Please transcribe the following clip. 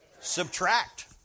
Subtract